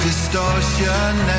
Distortion